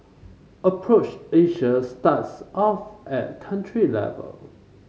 approach Asia starts off at country level